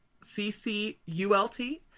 C-C-U-L-T